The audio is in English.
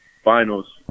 finals